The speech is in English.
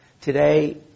Today